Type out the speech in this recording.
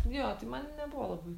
jo tai man nebuvo labai